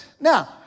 Now